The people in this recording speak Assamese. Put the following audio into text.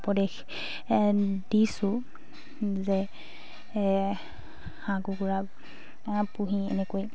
উপদেশ দিছোঁ যে হাঁহ কুকুৰা পুহি এনেকৈ